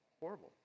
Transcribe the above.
horrible